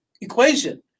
equation